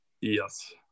Yes